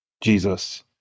Jesus